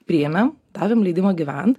priėmėm davėm leidimą gyvent